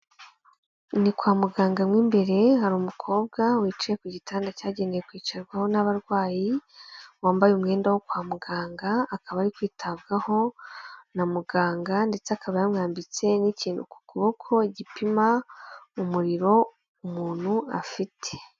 Ni kwa muganga mo imbere hari umukobwa wicaye ku gitanda cyagenewe kwicarwaho n'abarwayi, wambaye umwenda wo kwa muganga, akaba ari kwitabwaho na muganga ndetse akaba yamwambitse n'ikintu ku kuboko gipima umuriro umuntu afite.